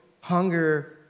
hunger